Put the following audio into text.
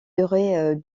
durée